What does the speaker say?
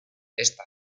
esta